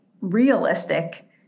realistic